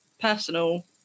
personal